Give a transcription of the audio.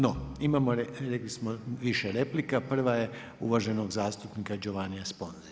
No, imamo, rekli smo više replika, prva je uvaženog zastupnika Giovannija Sponze.